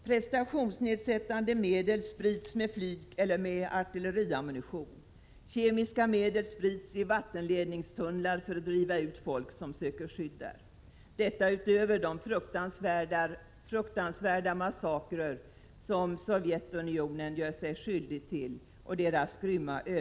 Prestationsnedsättande medel sprids med flyg eller med artilleriammunition, kemiska medel sprids i vattenledningstunnlar för att driva ut folk som söker skydd där — detta utöver de fruktansvärda massakrer och grymma övergrepp på befolkningen som Sovjetunionen gör sig skyldig till.